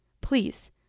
Please